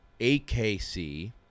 AKC